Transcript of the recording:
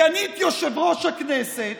סגנית יושב-ראש הכנסת,